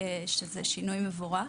ואלה שינויים מבורכים.